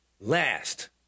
Last